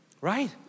Right